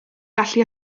gallu